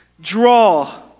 draw